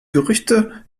gerüchte